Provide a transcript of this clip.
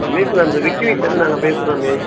miss அந்த Vicky வீட்லருந்து நாங்கள் பேசுகிறோம் மிஸ்